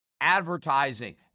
advertising